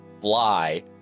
fly